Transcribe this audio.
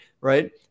right